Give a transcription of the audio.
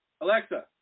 Alexa